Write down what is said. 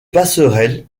passerelle